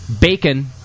bacon